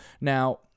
Now